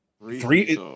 three